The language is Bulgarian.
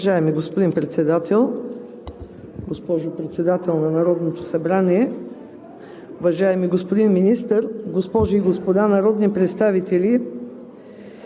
Уважаеми господин Председател, госпожо Председател на Народното събрание, уважаеми господин Министър, госпожи и господа народни представители!